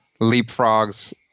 leapfrogs